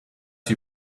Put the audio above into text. die